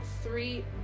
three